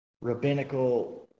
rabbinical